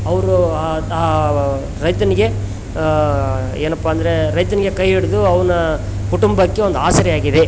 ಅವ್ರು ಆ ರೈತನಿಗೆ ಏನಪ್ಪ ಅಂದ್ರೆ ರೈತನಿಗೆ ಕೈ ಹಿಡಿದು ಅವನ ಕುಟುಂಬಕ್ಕೆ ಒಂದು ಆಸರೆ ಆಗಿದೆ